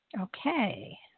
Okay